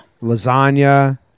Lasagna